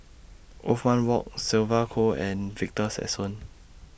Othman Wok Sylvia Kho and Victor Sassoon